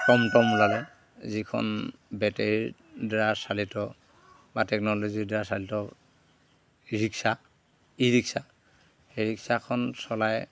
টমটম ওলালে যিখন বেটেৰীৰ দ্বাৰা চালিত বা টেকন'লজিৰ দ্বাৰা চালিত ৰিক্সা ই ৰিক্সা সেই ৰিক্সাখন চলাই